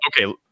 Okay